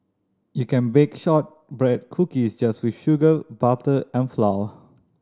you can bake shortbread cookies just with sugar butter and flour